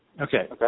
okay